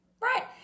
right